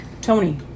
Tony